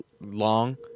long